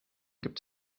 gibt